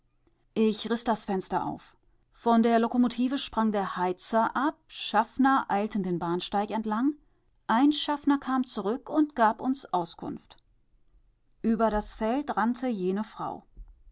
ich riß das fenster auf von der lokomotive sprang der heizer ab schaffner eilten den bahnsteig entlang ein schaffner kam zurück und gab uns auskunft über das feld rannte jene frau